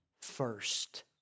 first